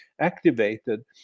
activated